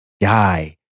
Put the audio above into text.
guy